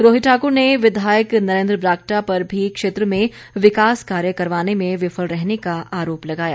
रोहित ठाकुर ने विधायक नरेंद्र बरागटा पर भी क्षेत्र में विकास कार्य करवाने में विफल रहने का आरोप लगाया